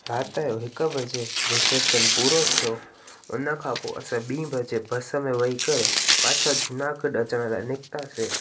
रात जो हिकु बजे रिसेप्शन पूरो थियो उनखां पोइ असां ॿी बजे बस में वयी करे पाछा जूनागढ़ अचण लाइ निकितासीं